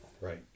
Right